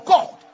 God